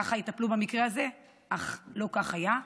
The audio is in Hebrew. שכך יטפלו במקרה הזה, אך לא כך היה.